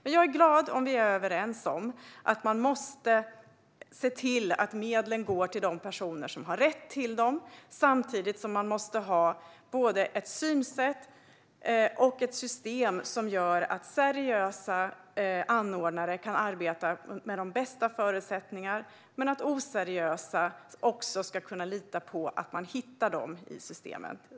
Men jag är glad om vi är överens om att man måste se till att medlen går till de personer som har rätt till dem samtidigt som man måste ha både ett synsätt och ett system som gör att seriösa anordnare ska ha de bästa förutsättningarna medan oseriösa anordnare ska kunna lita på att man hittar dem.